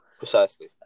Precisely